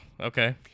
okay